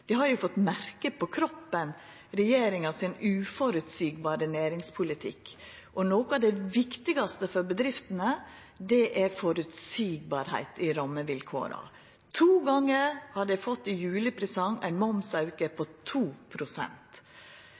har fått merke på kroppen regjeringa si uføreseielege næringspolitikk. Noko av det viktigaste for bedriftene er føreseielege rammevilkår. To gonger har dei fått i julepresang ein momsauke på